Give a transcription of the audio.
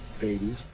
babies